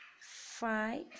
five